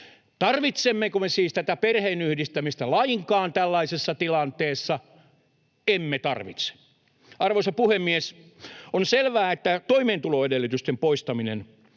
Tarvitsemmeko me siis tätä perheenyhdistämistä lainkaan tällaisessa tilanteessa? Emme tarvitse. Arvoisa puhemies! On selvää, että toimeentuloedellytysten poistaminen